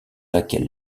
laquelle